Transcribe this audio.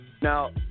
Now